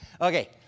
Okay